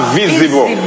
visible